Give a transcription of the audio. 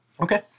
Okay